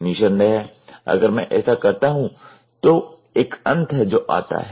निःसंदेह अगर मैं ऐसा करता हूं तो एक अंत है जो आता है